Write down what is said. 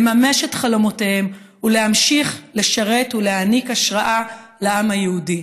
לממש את חלומותיהם ולהמשיך לשרת ולהעניק השראה לעם היהודי.